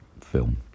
film